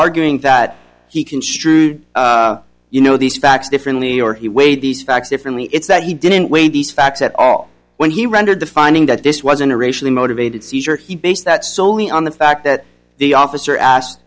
arguing that he construed you know these facts differently or he weighed these facts differently it's that he didn't weigh these facts at all when he rendered the finding that this wasn't a racially motivated seizure he based that solely on the fact that the officer asked